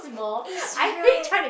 eh serious